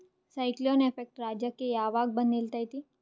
Cyclone effect ರಾಜ್ಯಕ್ಕೆ ಯಾವಾಗ ಬಂದ ನಿಲ್ಲತೈತಿ?